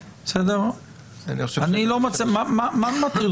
הבן אדם הרגיל כנראה לא יודע מהי חזקת